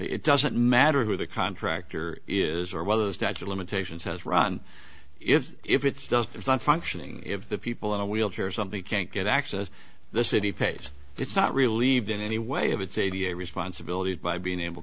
it doesn't matter who the contractor is or whether the statue of limitations has run if it's just it's not functioning if the people in a wheelchair or something can't get access the city page it's not relieved in any way if it's a v a responsibility by being able